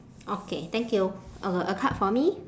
okay thank you uh a card for me